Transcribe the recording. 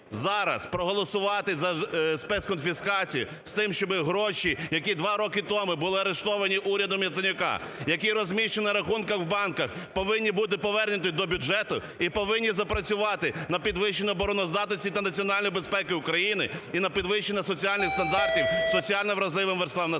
зараз проголосувати за спецконфіскацію з тим, щоби гроші, які два роки тому були арештовані урядом Яценюка, які розміщено на рахунках в банках, повинні бути повернені до бюджету і повинні запрацювати на підвищення обороноздатності та національної безпеки України, і на підвищення соціальних стандартів соціально вразливим верствам населення.